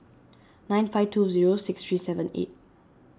nine five two zero six three seven eight